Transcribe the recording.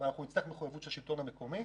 ואנחנו נצטרך מחויבות של השלטון המקומי,